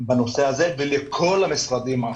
בנושא הזה ושים לב לכל המשרדים האחרים.